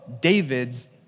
David's